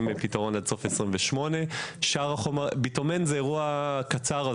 לפתרון עד סוף 2028. ביטומן הוא אירוע קצר,